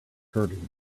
hurting